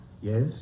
Yes